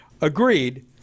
Agreed